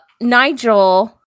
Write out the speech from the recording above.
Nigel